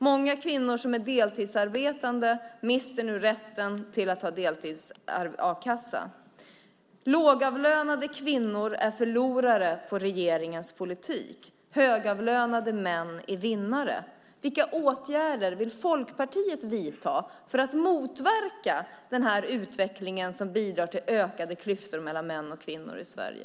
Många kvinnor som är deltidsarbetande mister nu rätten till deltids-a-kassa. Lågavlönade kvinnor är förlorare på regeringens politik, och högavlönade män är vinnare. Vilka åtgärder vill Folkpartiet vidta för att motverka den här utvecklingen som bidrar till ökade klyftor mellan män och kvinnor i Sverige?